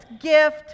gift